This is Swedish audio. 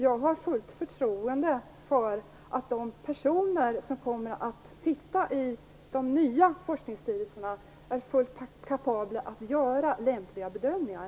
Jag har fullt förtroende för att de personer som kommer att sitta i de nya forskningsstyrelserna är fullt kapabla att göra lämpliga bedömningar.